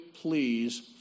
please